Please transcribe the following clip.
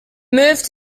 moved